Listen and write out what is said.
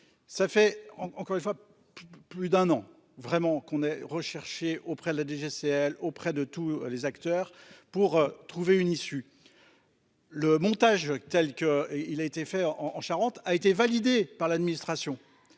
Ça fait encore une fois. Plus d'un an, vraiment qu'on ait recherché auprès de la DGCL auprès de tous les acteurs pour trouver une issue.-- Le montage telle qu'il a été fait en en Charente a été validé par l'administration.